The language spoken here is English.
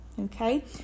okay